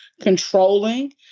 controlling